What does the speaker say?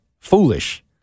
foolish